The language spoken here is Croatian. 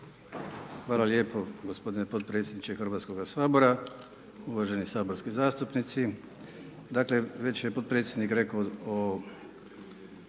Hvala lijepo gospodine potpredsjedniče Hrvatskoga sabora, uvaženi saborski zastupnici. Dakle, već je potpredsjednik rekao o